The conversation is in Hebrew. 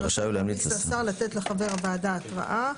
רשאי הוא להמליץ לשר לתת לחבר הוועדה התראה,